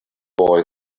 boy